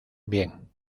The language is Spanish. bien